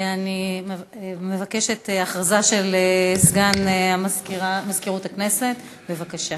אני מבקשת, הודעה של סגן מזכירת הכנסת, בבקשה.